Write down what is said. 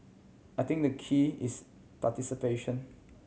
I think the key is participation